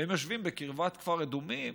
והם יושבים בקרבת כפר אדומים,